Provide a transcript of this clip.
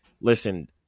Listen